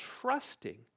trusting